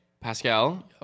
Pascal